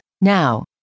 Now